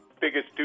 biggest